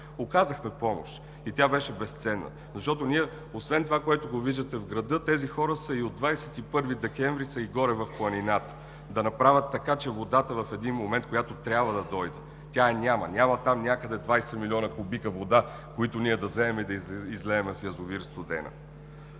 оказахме помощ и тя беше безценна. Защото ние, освен това, което го виждате в града, тези хора от 21 декември са и горе в планината, за да направят така, че водата в един момент да дойде. Нея я няма, там няма 20 милиона кубика вода, които ние да вземем и да излеем в язовир „Студена“.